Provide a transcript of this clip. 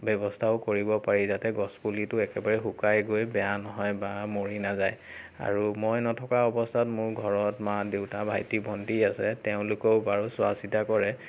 ব্যৱস্থাও কৰিব পাৰি যাতে গছপুলিটো একেবাৰে শুকাই গৈ বেয়া নহয় বা মৰি নাযায় আৰু মই নথকা অৱস্থাত মোৰ ঘৰত মা দেউতা ভাইটি ভণ্টি আছে তেওঁলোকেও বাৰু চোৱা চিতা কৰে